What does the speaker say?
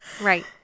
Right